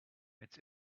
it’s